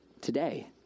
today